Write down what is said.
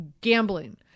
gambling